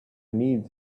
need